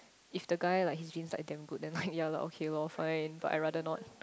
if the guy like his genes like damn good then like ya lor okay lor fine but I rather not